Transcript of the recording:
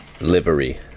livery